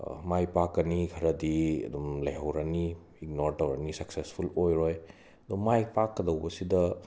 ꯃꯥꯏꯄꯥꯛꯀꯅꯤ ꯈꯔꯗꯤ ꯑꯗꯨꯝ ꯂꯩꯍꯧꯔꯅꯤ ꯏꯒꯅꯣꯔ ꯇꯧꯔꯅꯤ ꯁꯛꯁꯦꯁꯐꯨꯜ ꯑꯣꯏꯔꯣꯏ ꯑꯗꯣ ꯃꯥꯏ ꯄꯥꯛꯀꯗꯧꯕ ꯁꯤꯗ